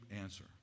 answer